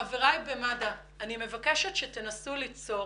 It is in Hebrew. חבריי במד"א, אני מבקשת שתנסו ליצור